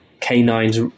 canines